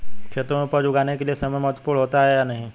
खेतों में उपज उगाने के लिये समय महत्वपूर्ण होता है या नहीं?